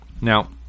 Now